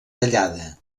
tallada